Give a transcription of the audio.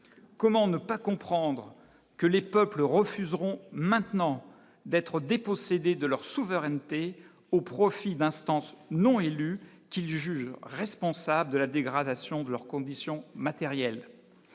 comment ne pas comprendre que les peuples refuseront maintenant d'être dépossédés de leur souveraineté au profit d'instances non élues, qu'il juge responsable de la dégradation de leurs conditions matérielles